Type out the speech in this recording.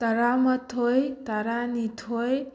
ꯇꯔꯥ ꯃꯊꯣꯏ ꯇꯔꯥ ꯅꯤꯊꯣꯏ